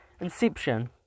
Inception